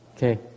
Okay